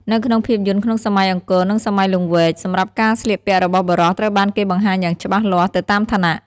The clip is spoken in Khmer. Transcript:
នៅក្នុងភាពយន្តក្នុងសម័យអង្គរ និងសម័យលង្វែក សម្រាប់ការស្លៀកពាក់របស់បុរស ត្រូវបានគេបង្ហាញយ៉ាងច្បាស់លាស់ទៅតាមឋានៈ។